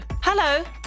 Hello